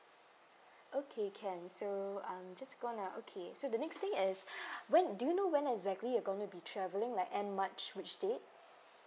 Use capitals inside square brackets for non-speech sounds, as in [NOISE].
okay can so I'm just going to okay so the next thing is [BREATH] when do you know when exactly you going to be travelling like end march which date